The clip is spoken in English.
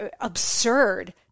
absurd